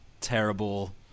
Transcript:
terrible